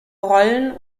rollen